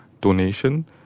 Donation